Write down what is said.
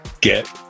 Get